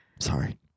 Sorry